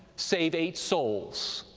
save eight souls,